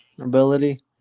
ability